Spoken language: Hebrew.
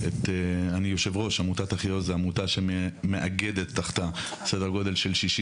אני יושב ראש עמותת אחיעוז שזו עמותה שמאגדת תחתה סדר גודל של 60